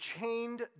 chained